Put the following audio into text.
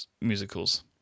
musicals